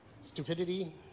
Stupidity